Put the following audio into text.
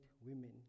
women